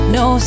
no